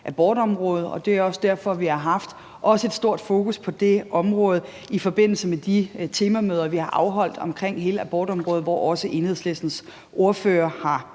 abortområdet, og det er også derfor, vi har haft stort fokus på det område i forbindelse med de temamøder, vi har afholdt omkring hele abortområdet, hvor også Enhedslistens ordfører har